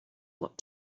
what